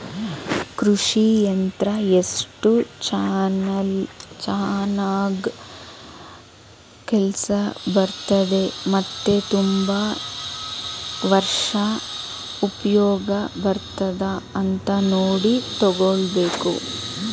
ಕೃಷಿ ಯಂತ್ರ ಎಸ್ಟು ಚನಾಗ್ ಕೆಲ್ಸ ಮಾಡ್ತದೆ ಮತ್ತೆ ತುಂಬಾ ವರ್ಷ ಉಪ್ಯೋಗ ಬರ್ತದ ಅಂತ ನೋಡಿ ತಗೋಬೇಕು